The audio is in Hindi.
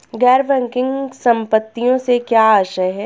गैर बैंकिंग संपत्तियों से क्या आशय है?